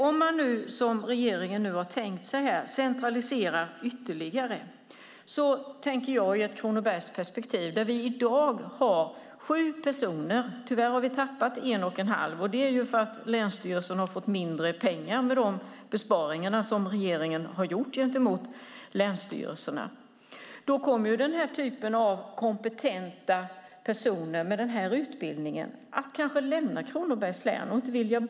Om man, såsom regeringen tänkt, centraliserar ytterligare tänker jag på det ur ett Kronobergsperspektiv. Vi har i dag sju personer - vi har tyvärr tappat en och en halv för att länsstyrelsen fått mindre pengar i och med de besparingar som regeringen gjort vad gäller länsstyrelserna - och då kommer den typen av kompetenta personer, med den utbildningen, kanske inte längre att vilja bo där utan kommer att lämna Kronobergs län.